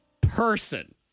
person